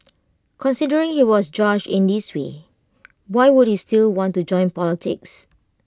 considering he was judged in this way why would he still want to join politics